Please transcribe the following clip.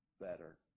better